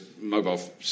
mobile